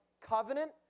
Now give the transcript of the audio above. covenant